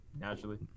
naturally